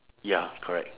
ya correct